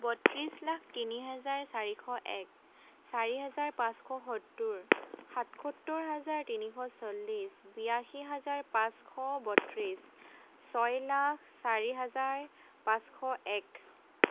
বত্ৰিছ লাখ তিনিহেজাৰ চাৰিশ এক চাৰিহেজাৰ পাঁচশ সত্তৰ সাতসত্তৰ হাজাৰ তিনিশ চল্লিছ বিৰাশী হাজাৰ পাঁচশ বত্ৰিছ ছয় লাখ চাৰি হাজাৰ পাঁচশ এক